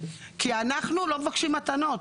כי אנחנו לא מבקשים מתנות.